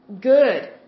good